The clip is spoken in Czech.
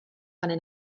pane